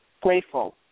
grateful